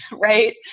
right